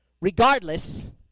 Regardless